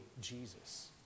Jesus